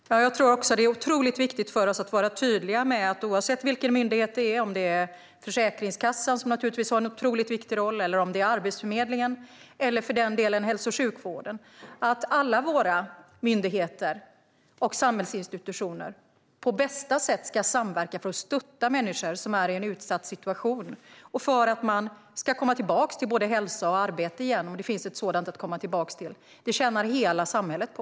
Herr talman! Ja, jag tror också att det är otroligt viktigt för oss att vara tydliga med detta, oavsett vilken myndighet det är. Det kan vara Försäkringskassan, som naturligtvis har en otroligt viktig roll. Det kan vara Arbetsförmedlingen eller, för den delen, hälso och sjukvården. Alla våra myndigheter och samhällsinstitutioner ska på bästa sätt samverka för att stötta människor som är i en utsatt situation - för att de ska komma tillbaka till både hälsa och arbete, om det finns ett sådant att komma tillbaka till. Det tjänar hela samhället på.